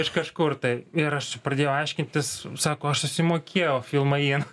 iš kažkur tai ir aš pradėjau aiškintis sako aš susimokėjau filmai in